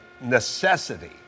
necessity